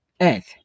Earth